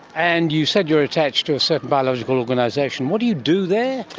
and you said you were attached to a certain biological organisation. what do you do there?